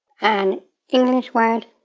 an english word,